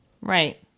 Right